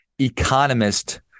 economist